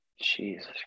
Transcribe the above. Jesus